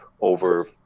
over